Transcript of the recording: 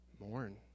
mourn